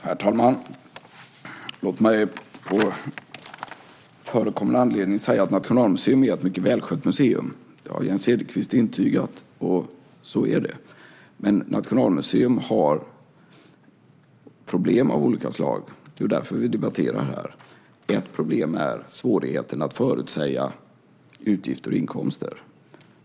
Herr talman! Låt mig på förekommen anledning säga att Nationalmuseum är ett mycket välskött museum. Det har Jane Cederqvist intygat, och så är det. Men Nationalmuseum har problem av olika slag. Det är ju därför vi debatterar här. Ett problem är svårigheten att förutsäga utgifter och inkomster.